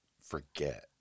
forget